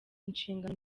inshingano